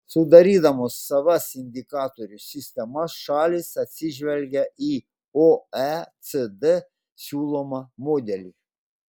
sudarydamos savas indikatorių sistemas šalys atsižvelgia į oecd siūlomą modelį